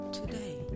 today